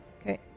okay